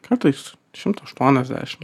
kartais šimto aštuoniasdešimt